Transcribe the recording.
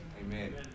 Amen